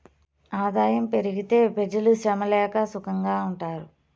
ఆదాయం పెరిగితే పెజలు శ్రమ లేక సుకంగా ఉంటారు